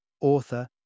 author